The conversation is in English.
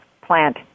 plant